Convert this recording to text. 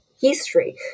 history